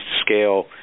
scale